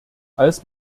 als